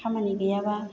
खामानि गैयाबा